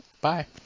Bye